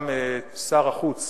גם שר החוץ